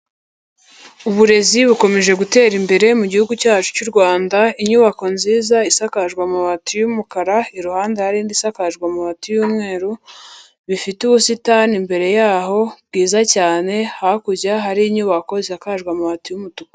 Uburezi bukomeje gutera imbere mu gihugu cyacu cy' u Rwanda. Inyubako nziza isakajwe amabati y'umukara iruhande hari indi isakajwe amabati y'umweru bifite ubusitani imbere yaho bwiza cyane hakurya hari inyubako zikajwe amabati y'umutuku.